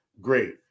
Great